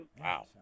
Wow